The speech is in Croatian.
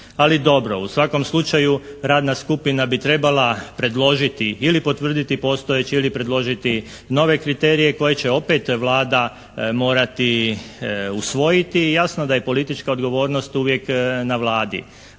Ali dobro. U svakom slučaju radna skupina bi trebala predložiti ili potvrditi postojeće ili predložiti nove kriterije koje će opet Vlada morati usvojiti. Jasno da je politička odgovornost uvijek na Vladi.